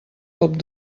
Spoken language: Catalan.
cop